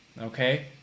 Okay